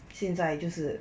现在就是